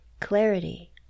Clarity